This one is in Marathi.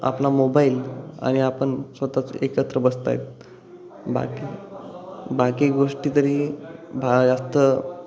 आपला मोबाईल आणि आपण स्वतःच एकत्र बसत आहेत बाकी बाकी गोष्टी तरी भा जास्त